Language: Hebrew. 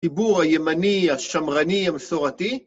‫חיבור הימני, השמרני, המסורתי.